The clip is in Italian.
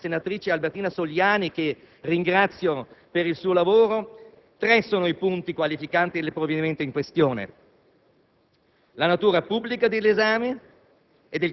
Come evidenziato dalla relatrice, senatrice Albertina Soliani, che ringrazio per il suo lavoro, tre sono i punti qualificanti il provvedimento in questione.